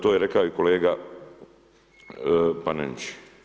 To je rekao i kolega Panenić.